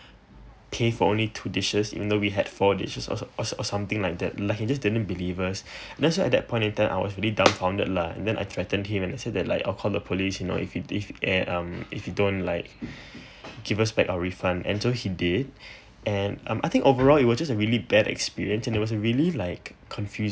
pay for only two dishes even though we had four dishes or so~ or so~ or something like that like he just didn't believe us basically at that point of time I was really dumbfounded lah then I threaten him and I said like I will call the police you know if if a~ um if you don't like um give us back our refund and so he did and um I think overall it was just a really bad experience and it was really like confuse